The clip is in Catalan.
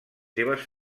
seves